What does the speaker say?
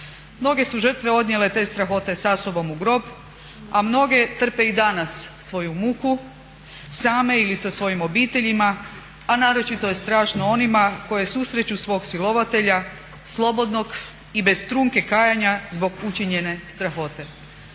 Mnoge su žrtve odnijele te strahote sa sobom u grob, a mnoge trpe i danas svoju muku, same ili sa svojim obiteljima, a naročito je strašno onima koje susreću svog silovatelja slobodnog i bez trunka kajanja zbog učinjene strahote.